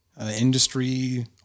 industry